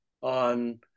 on